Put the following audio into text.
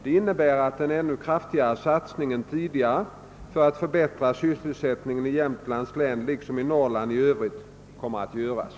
Det innebär att en ännu kraftigare satsning än tidigare för att förbättra sysselsättningen i Jämtlands län liksom i Norrland i övrigt kommer att göras.